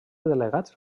delegats